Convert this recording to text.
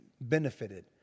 benefited